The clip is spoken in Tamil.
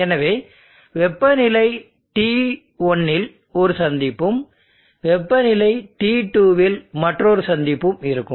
எனவே வெப்பநிலை T1 இல் ஒரு சந்திப்பும் வெப்பநிலை T2 இல் மற்றொரு சந்திப்பும் இருக்கும்